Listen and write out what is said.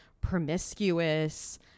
promiscuous